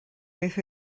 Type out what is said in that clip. beth